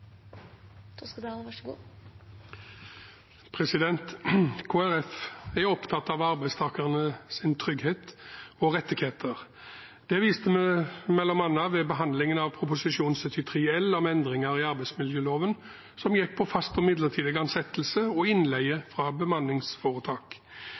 opptatt av arbeidstakernes trygghet og rettigheter. Det viste vi m.a. ved behandlingen av Prop. 73 L for 2017–2018 om endringer i arbeidsmiljøloven, som gikk på fast og midlertidig ansettelse og